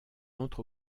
entre